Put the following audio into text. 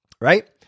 right